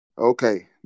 Okay